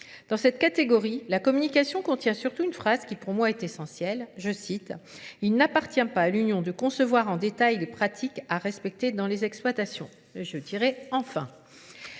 Dans cette catégorie, la communication contient surtout une phrase qui pour moi est essentielle, je cite « il n'appartient pas à l'union de concevoir en détail les pratiques à respecter dans les exploitations », je dirais enfin.